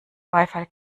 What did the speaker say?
beifall